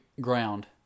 ground